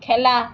খেলা